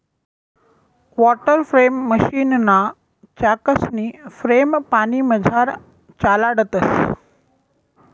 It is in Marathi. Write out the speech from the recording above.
वाटरफ्रेम मशीनना चाकसनी फ्रेम पानीमझार चालाडतंस